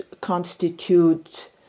constitute